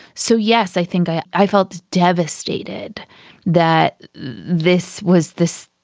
so yes i think i i felt devastated that this was this.